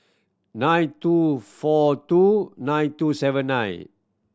nine two four two nine two seven nine